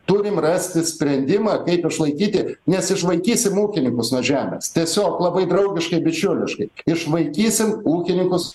turim rasti sprendimą kaip išlaikyti nes išvaikysim ūkininkus nuo žemės tiesiog labai draugiškai bičiuliškai išvaikysim ūkininkus